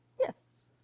Yes